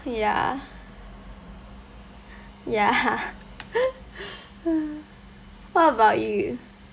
ya ya what about you